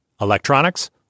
Electronics